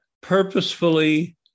purposefully